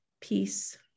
peace